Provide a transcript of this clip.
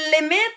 limit